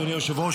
אדוני היושב-ראש,